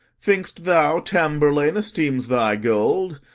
think'st thou tamburlaine esteems thy gold?